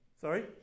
Sorry